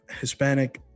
Hispanic